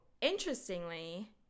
interestingly